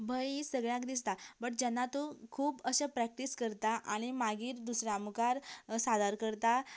भंय ही सगल्याक दिसता बट जेन्ना तूं खूब अशे प्रेक्टीस करता आनी मागीर दुसऱ्या मुखार सादर करता